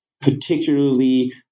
particularly